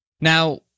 Now